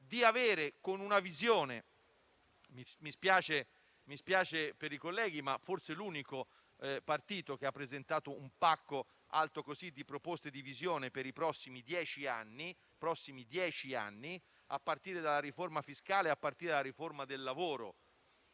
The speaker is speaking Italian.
di dare una visione e mi dispiace per i colleghi, ma il nostro è forse l'unico partito che ha presentato un pacchetto nutrito di proposte di visione per i prossimi dieci anni, a partire dalla riforma fiscale e dalla riforma del lavoro,